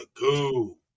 go